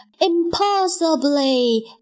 impossibly